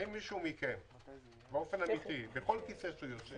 האם מישהו מכם באופן אמיתי, בכל כיסא שהוא יושב,